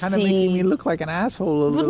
um me me look like an asshole a little.